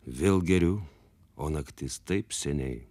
vėl geriu o naktis taip seniai